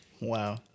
Wow